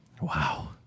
Wow